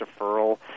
deferral